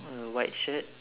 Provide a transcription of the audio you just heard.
uh white shirt